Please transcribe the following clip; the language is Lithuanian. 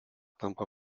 tampa